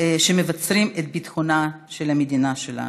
שמבצרים את ביטחון ישראל.